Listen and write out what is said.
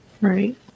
Right